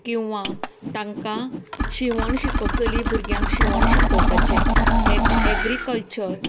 किंवां तांकां शिंवण शिकोच चली भुरग्यांक शिंवण शिकोवपाचें हें एग्रीकल्चर